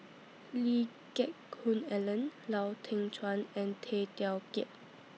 Lee Geck Hoon Ellen Lau Teng Chuan and Tay Teow Kiat